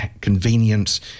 convenience